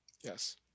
Yes